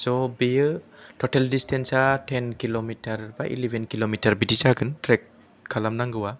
स' बेयो टटेल दिसटेनसा टेन किलमिटार बा इलेबेन किलमिटार बिदि जागोन ट्रेक खालामनांगौआ